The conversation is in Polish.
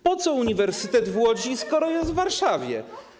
Po co uniwersytet w Łodzi, skoro jest w Warszawie?